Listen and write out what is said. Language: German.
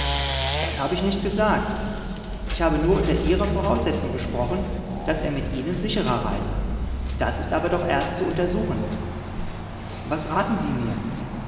das habe ich nicht gesagt ich habe nur unter ihrer voraussetzung gesprochen daß er mit ihnen sicherer reise das ist aber doch erst zu untersuchen was raten sie mir